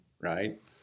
right